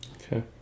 Okay